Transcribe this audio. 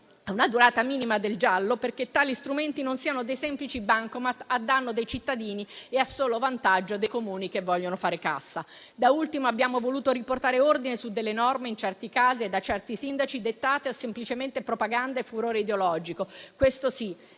e una durata minima del giallo, perché tali strumenti non siano dei semplici bancomat a danno dei cittadini e a solo vantaggio dei Comuni che vogliono fare cassa. Da ultimo, abbiamo voluto riportare ordine su delle norme in certi casi dettate da certi sindaci semplicemente per propaganda e furore ideologico, questo sì